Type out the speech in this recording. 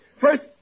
First